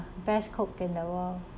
best cook in the world